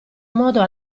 modo